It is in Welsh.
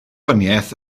gwahaniaeth